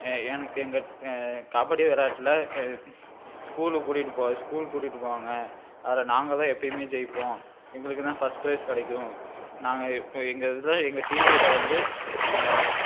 என எங்கள் கபடி விளையாட்டுல ஸ்கூலுக்கு கூட்டிகிட்டு போ ஸ்கூலுக்கு கூட்டிகிட்டு போவாங்க அதில் நாங்கள் தான் எப்போயுமே ஜெயிப்போம் எங்களுக்கு தான் ஃபஸ்ட் பிரைஸ் கிடைக்கும் நாங்கள் எங்கள் இதில் எங்கள் டிவியில் வந்து